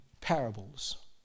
parables